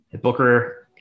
Booker